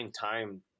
time